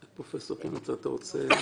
פרופסור קרמניצר בבקשה.